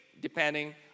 depending